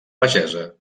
pagesa